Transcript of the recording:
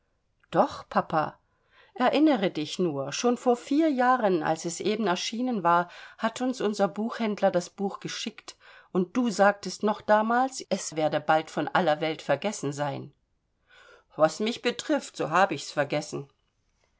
doch papa erinnere dich nur schon vor vier jahren als es eben erschienen war hat uns unser buchhändler das buch geschickt und du sagtest noch damals es werde bald von aller welt vergessen sein was mich betrifft so habe ich's auch vergessen